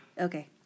Okay